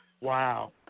Wow